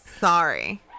sorry